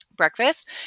Breakfast